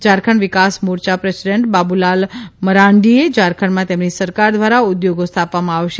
Jharkhand Vikas Morcha president Babulal મરાંડીએ ઝારખંડમાં તેમની સરકાર દ્વારા ઉદ્યોગો સ્થાપવામાં આવશે